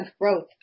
growth